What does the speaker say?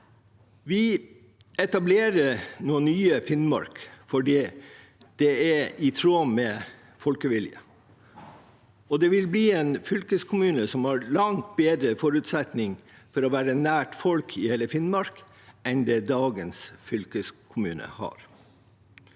Vi etablerer nå nye Finnmark fordi det er i tråd med folkeviljen. Det vil bli en fylkeskommune som har langt bedre forutsetninger for å være nær folk i hele Finnmark enn det dagens fylkeskommune har.